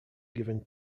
given